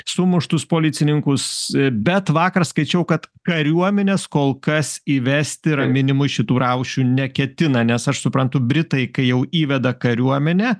sumuštus policininkus bet vakar skaičiau kad kariuomenės kol kas įvesti raminimui šitų raušių neketina nes aš suprantu britai kai jau įveda kariuomenę